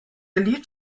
lied